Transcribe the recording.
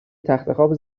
تختخواب